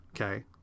okay